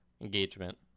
engagement